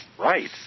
right